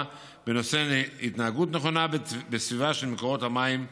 בנושא התנהגות נכונה בסביבה של מקורות המים השונים.